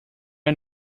are